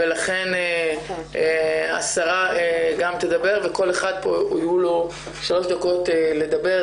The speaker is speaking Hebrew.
לכן השרה גם תדבר וכל אחד פה יהיו לו שלוש דקות לדבר,